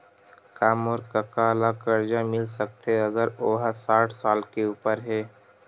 का मोर कका ला कर्जा मिल सकथे अगर ओ हा साठ साल से उपर हे?